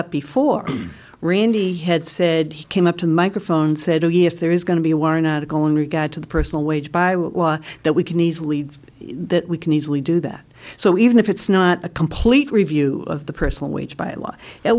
up before randy had said he came up to the microphone said oh yes there is going to be a war an article in regard to the personal waged by what law that we can easily that we can easily do that so even if it's not a complete review of the personal waged by law at